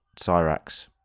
Cyrax